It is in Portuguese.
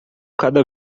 cada